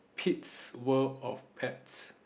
Pete's world of pets